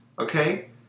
Okay